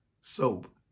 soap